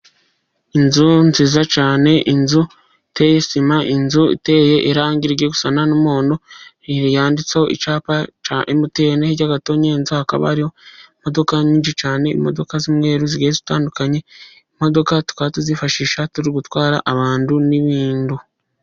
Inzu nziza cyane. inzu iteye sima, irangi rijya gusa n'umuhondo, yanditseho icyapa cya emutiyene cy'agatonyanza. hakaba hariho imodoka nyinshi cyane. imodoka z'mweru zigiye zitandukanye imodoka. tukaba tuzifashisha turi gutwara abantu n'ibintu.